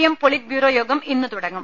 M politburo യോഗം ഇന്ന് തുടങ്ങും